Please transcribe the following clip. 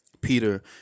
Peter